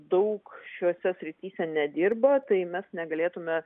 daug šiose srityse nedirba tai mes negalėtume